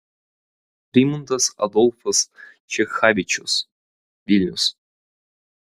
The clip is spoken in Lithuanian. rimantas adolfas čechavičius vilnius